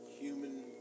human